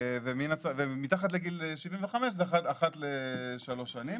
מתחת לגיל 75 זה אחת לשלוש שנים.